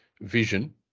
vision